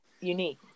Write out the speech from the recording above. unique